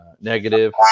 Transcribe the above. negative